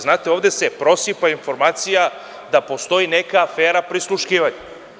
Znate, ovde se prosipa informacija da postoji neka afera prisluškivanja.